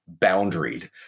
boundaried